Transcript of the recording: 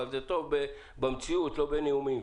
אבל זה טוב במציאות לא בנאומים.